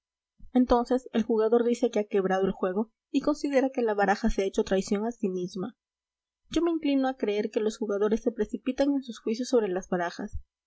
entonces el jugador dice que ha quebrado el juego y considera que la baraja se ha hecho traición a sí misma yo me inclino a creer que los jugadores se precipitan en sus juicios sobre las barajas